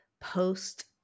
post